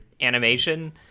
animation